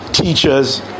Teachers